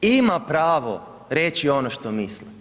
ima pravo reći ono što misli.